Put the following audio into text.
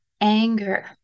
Anger